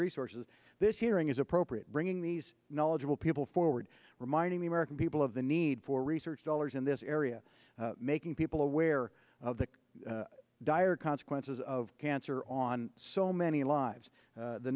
resources this hearing is appropriate bringing these knowledgeable people forward reminding the american people of the need for research dollars in this area making people aware of the dire consequences of cancer on so many lives